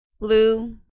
blue